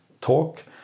talk